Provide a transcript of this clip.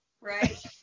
right